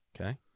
Okay